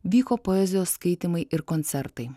vyko poezijos skaitymai ir koncertai